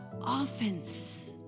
offense